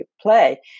play